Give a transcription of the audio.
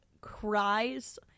cries